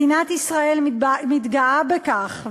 מדינת ישראל מתגאה בכך,